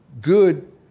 good